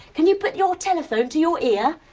can you put your telephone to your ear?